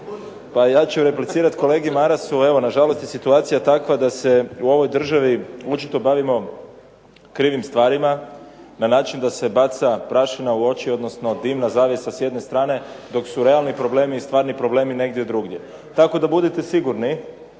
Pa ja ću replicirati kolegi Marasu. Evo na žalost je situacija takva da se u ovoj državi očito bavimo krivim stvarima na način da se baca prašina u oči, odnosno dimna zavjesa s jedne strane dok su realni problemi i stvarni problemi negdje drugdje, tako da budite sigurni